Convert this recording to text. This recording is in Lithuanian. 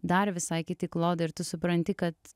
dar visai kiti klodai ir tu supranti kad